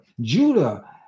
Judah